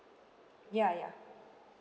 ya ya